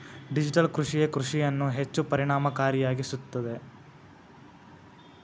digital ಕೃಷಿಯೇ ಕೃಷಿಯನ್ನು ಹೆಚ್ಚು ಪರಿಣಾಮಕಾರಿಯಾಗಿಸುತ್ತದೆ